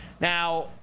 Now